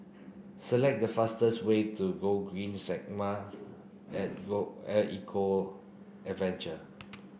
select the fastest way to Gogreen Segway at at Eco Adventure